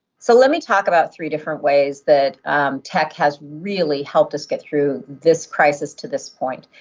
so let me talk about three different ways that tech has really helped us get through this crisis to this point.